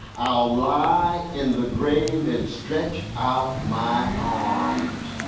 i'll lie in the grave and stretch out my arms.